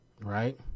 Right